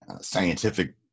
scientific